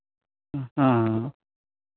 हाँ हाँ